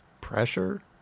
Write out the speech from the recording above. Pressure